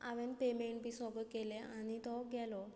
हांवें पेमेंट बी सगळे केलें आनी तो गेलो